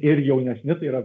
ir jaunesni yra